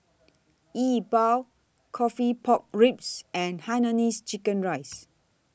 Yi Bua Coffee Pork Ribs and Hainanese Chicken Rice